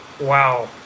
wow